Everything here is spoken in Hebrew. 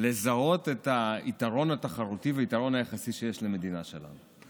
לזהות את היתרון התחרותי ואת היתרון היחסי שיש למדינה שלנו.